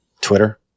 Twitter